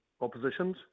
oppositions